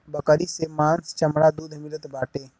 बकरी से मांस चमड़ा दूध मिलत बाटे